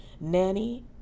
Nanny